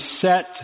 set